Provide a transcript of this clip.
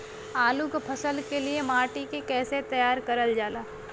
आलू क फसल के लिए माटी के कैसे तैयार करल जाला?